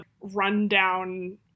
rundown